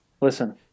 listen